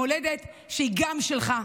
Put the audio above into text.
המולדת שהיא גם שלך.